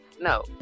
no